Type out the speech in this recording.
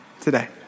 today